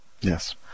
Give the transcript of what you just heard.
Yes